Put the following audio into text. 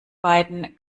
beiden